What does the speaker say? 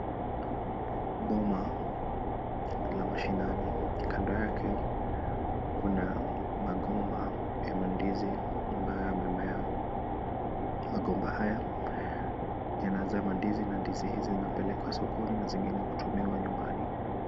Boma la mashinani . Kando yake kuna magomba ya mandizi ambayo yamemea . Magomba haya yanazaa mandizi na ndizi hizi zinapelekwa sokoni na zingine kutumiwa nyumbani.